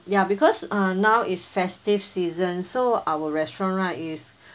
ya because uh now is festive season so our restaurant right is